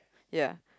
ya